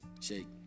Shake